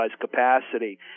capacity